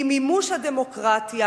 הם מימוש הדמוקרטיה,